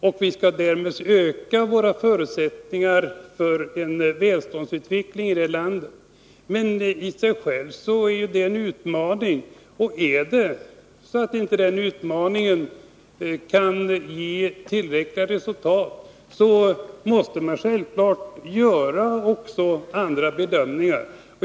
På så sätt skall vi öka våra förutsättningar för en välståndsutveckling i det här landet. I sig självt är det en utmaning. Är det så att den utmaningen inte kan ge tillräckliga resultat, måste man självklart göra också andra bedömningar.